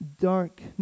dark